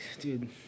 dude